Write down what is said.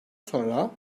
sonra